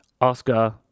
Oscar